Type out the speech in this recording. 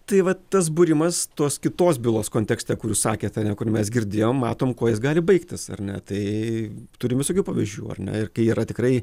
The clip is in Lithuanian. tai va tas būrimas tos kitos bylos kontekste kur jūs sakėte kur mes girdėjom matom kuo jis gali baigtis ar ne tai turim visokių pavyzdžių ar ne ir kai yra tikrai